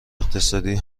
اقتصادی